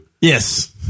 Yes